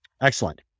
Excellent